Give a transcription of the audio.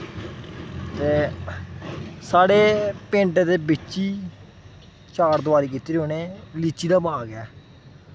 दे साढ़े पेंड दे बिच्च ई चारदवारी कीती दी उ'नें लीची दा बाग ऐ